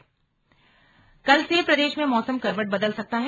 slug मौसम कल से प्रदेश में मौसम करवट बदल सकता है